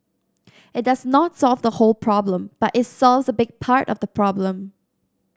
it does not solve the whole problem but it solves a big part of the problem